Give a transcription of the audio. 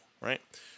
right